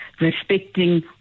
respecting